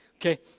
okay